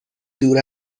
دور